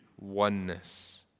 oneness